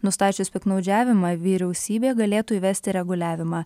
nustačius piktnaudžiavimą vyriausybė galėtų įvesti reguliavimą